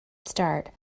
start